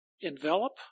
envelop